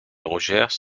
rogers